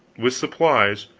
with supplies,